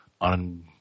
on